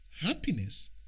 Happiness